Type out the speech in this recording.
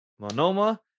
Monoma